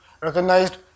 recognized